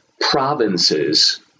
provinces